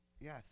Yes